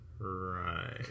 Right